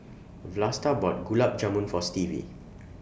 Vlasta bought Gulab Jamun For Stevie